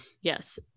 yes